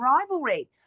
rivalry